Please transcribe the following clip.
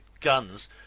guns